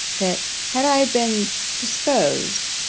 that, had i been disposed,